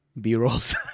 B-rolls